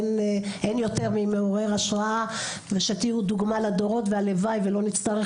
אין יותר ממעורר השראה ושתהיו דוגמא לדורות והלוואי ולא נצטרך